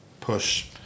push